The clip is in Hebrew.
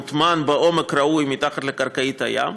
המוטמן בעומק ראוי מתחת לקרקעית הים,